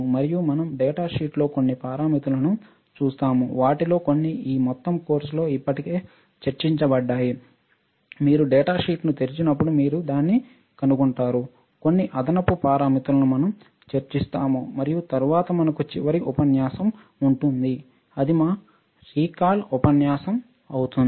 మరియు మనం డేటా షీట్లో కొన్ని పారామితులను చూస్తాము వాటిలో కొన్ని ఈ మొత్తం కోర్సులో ఇప్పటికే చర్చించబడ్డాయి మీరు డేటాను తెరిచినప్పుడు మీరు దాన్ని కనుగొంటారు కొన్ని ఇతర అదనపు పారామితులను మనం చర్చిస్తాము మరియు తరువాత మనకు చివరి ఉపన్యాసం ఉంటుంది అది మా రీకాల్ ఉపన్యాసం అవుతుంది